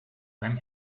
beim